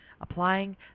applying